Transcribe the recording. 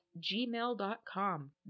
gmail.com